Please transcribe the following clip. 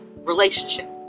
relationship